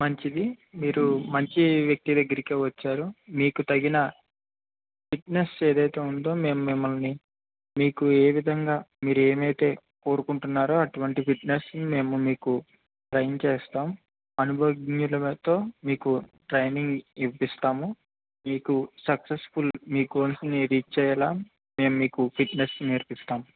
మంచిది మీరు మంచి వ్యక్తి దగ్గరకే వచ్చారు మీకు తగిన ఫిట్నెస్ ఏదైతే ఉందో మేము మిమ్మల్ని మీకు ఏ విధంగా మీరు ఏమైతే కోరుకుంటున్నారో అటువంటి ఫిట్నెస్ని మేము మీకు ట్రైన్ చేస్తాము అనుభవజ్ఞులతో మీకు ట్రైనింగ్ ఇ ఇప్పిస్తాము మీకు సక్సెస్ఫుల్ మీ గోల్స్ని రీచ్ అయ్యేలా మేము మీకు ఫిటినెస్ నేర్పిస్తాం